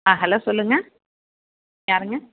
ஆ hello சொல்லுங்கள் யாருங்க